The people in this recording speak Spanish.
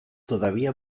todavía